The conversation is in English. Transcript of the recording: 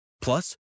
Plus